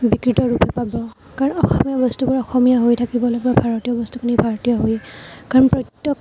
বিকৃত ৰূপহে পাব কাৰণ অসমীয়া বস্তুবোৰ অসমীয়া হৈয়ে থাকিব লাগিব আৰু ভাৰতীয় বস্তুখিনি ভাৰতীয় হৈয়ে কাৰণ প্ৰত্যেক